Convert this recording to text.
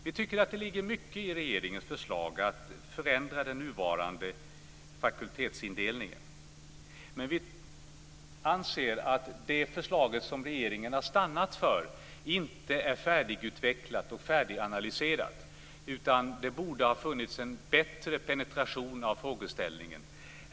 Vi tycker att det ligger mycket i regeringens förslag att förändra den nuvarande fakultetsindelningen. Men vi anser att regeringens förslag inte är färdigutvecklat och färdiganalyserat. Det borde ha funnits en bättre penetration av frågeställningen.